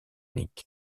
nique